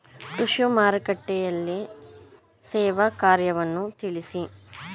ಕೃಷಿ ಮಾರುಕಟ್ಟೆಯ ಸೇವಾ ಕಾರ್ಯವನ್ನು ತಿಳಿಸಿ?